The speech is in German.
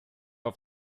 auf